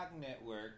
Network